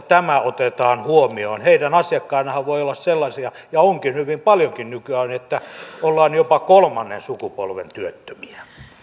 tämä otetaan huomioon heidän asiakkaanaanhan voi olla sellaisia ja onkin hyvin paljonkin nykyään että ollaan jopa kolmannen sukupolven työttömiä